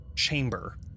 Chamber